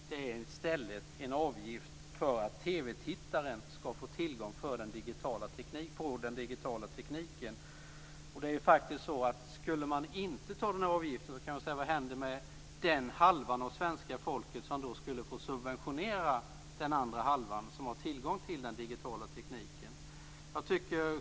Det är i stället en avgift för att TV-tittaren skall få tillgång till den digitala tekniken. Om inte den avgiften tas ut, vad händer med den halvan av svenska folket som skulle få subventionera den andra halvan som har tillgång till den digitala tekniken?